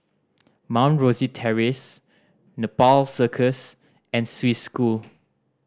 Mount Rosie Terrace Nepal Circus and Swiss School